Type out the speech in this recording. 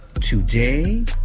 Today